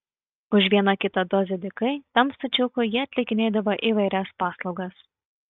už vieną kitą dozę dykai tam stačiokui jie atlikinėdavo įvairias paslaugas